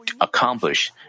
accomplish